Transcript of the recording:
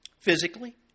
physically